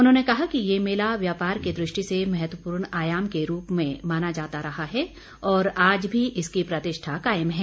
उन्होंने कहा कि ये मेला व्यापार की दृष्टि से महत्वपूर्ण आयाम के रूप में माना जाता रहा है और आज भी इसकी प्रतिष्ठा कायम है